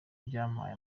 byampaye